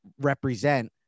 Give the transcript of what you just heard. Represent